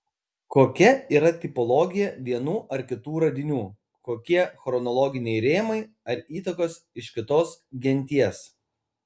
kokia yra tipologija vienų ar kitų radinių kokie chronologiniai rėmai ar įtakos iš kitos genties